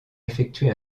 effectuer